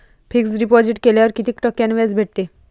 Fix deposit केल्यावर कितीक टक्क्यान व्याज भेटते?